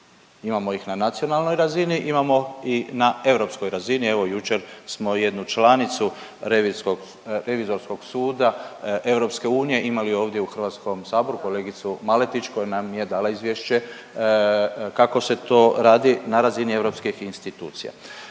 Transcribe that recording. imamo ih na nacionalnoj razini, imamo i na europskoj razini. Evo jučer smo jednu članicu Revizorskog suda EU imali ovdje u Hrvatskom saboru kolegicu Maletić koja nam je dala izvješće kako se to radi na razini europskih institucija.